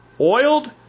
Oiled